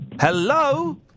Hello